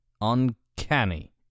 Uncanny